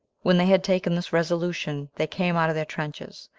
when they had taken this resolution, they came out of their trenches,